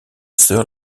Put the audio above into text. sœur